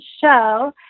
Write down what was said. show